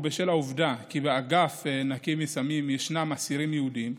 ובשל העובדה כי באגף הנקי מסמים ישנם אסירים יהודים,